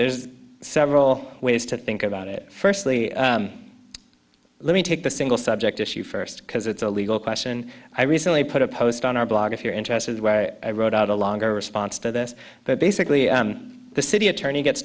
there's several ways to think about it firstly let me take the single subject issue first because it's a legal question i recently put a post on our blog if you're interested where i wrote out a longer response to this but basically the city attorney gets